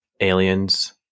aliens